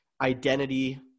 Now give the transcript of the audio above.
identity